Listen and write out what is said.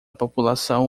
população